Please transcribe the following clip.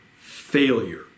failure